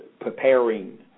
preparing